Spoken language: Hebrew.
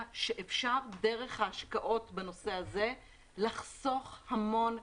שאפשר דרך ההשקעות בנושא הזה לחסוך המון כסף.